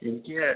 എനിക്ക്